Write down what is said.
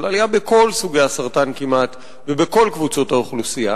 אבל עלייה בכל סוגי הסרטן כמעט ובכל קבוצות האוכלוסייה.